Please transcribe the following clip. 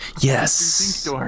yes